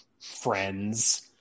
Friends